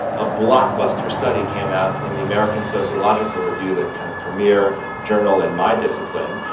a blockbuster study came out in the american sociological review, the kind of premier journal in my discipline,